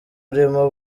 urimo